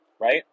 right